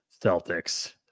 Celtics